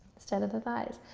instead of the thighs.